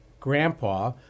Grandpa